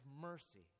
mercy